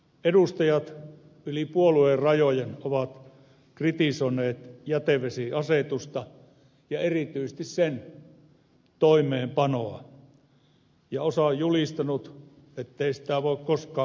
edustajat yli puoluerajojen ovat kritisoineet jätevesiasetusta ja erityisesti sen toimeenpanoa ja osa on julistanut ettei sitä voi koskaan hyväksyä